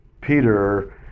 Peter